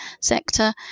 sector